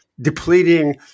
depleting